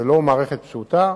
זו לא מערכת פשוטה,